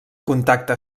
contacte